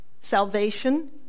salvation